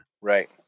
Right